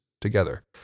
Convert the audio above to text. together